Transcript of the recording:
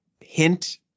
hint